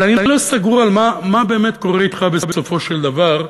אבל אני לא סגור על מה באמת קורה אתך בסופו של דבר,